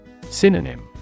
Synonym